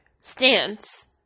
stance